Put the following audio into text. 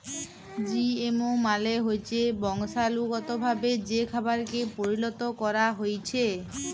GMO মালে হচ্যে বংশালুগতভাবে যে খাবারকে পরিলত ক্যরা হ্যয়েছে